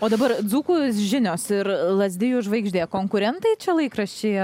o dabar dzūkų žinios ir lazdijų žvaigždė konkurentai čia laikraščiai